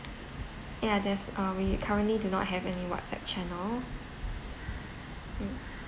ya there's uh we currently do not have any WhatsApp channel mm